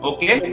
Okay